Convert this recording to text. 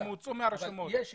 הם הוצאו מהרשימות.